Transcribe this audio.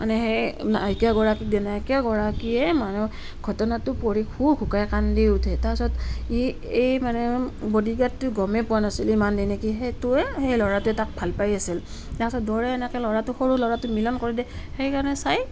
মানে সেই নায়িকাগৰাকীক নায়িকাগৰাকীয়ে মানে ঘটনাটো পঢ়ি হুকহুকাই কান্দি উঠে তাৰ পাছত ই এই মানে বডিগাৰ্ডটো গমেই পোৱা নাছিল ইমান দিনে কি সেইটোৱে সেই ল'ৰাটোৱে তাক ভাল পাই আছিল তাৰ পাছত দৌৰে এনেকৈ ল'ৰাটো সৰু ল'ৰাটো মিলন কৰি দিয়ে সেইকাৰণে চাই